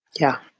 yeah.